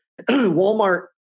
walmart